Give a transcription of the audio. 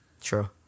True